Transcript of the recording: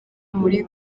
muri